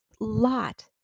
lot